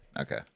Okay